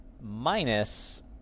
minus